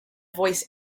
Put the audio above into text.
voice